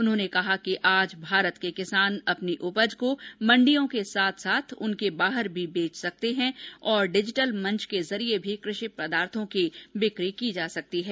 उन्होंने कहा कि आज भारत के किसान अपनी उपज को मंडियों के साथ साथ उनके बाहर भी दे सकते हैं और डिजिटल मंच के जरिए भी कृ षि पदार्थों की बिक्री की जा सकती है